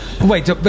Wait